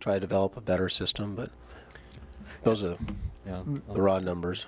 try to develop a better system but those are the raw numbers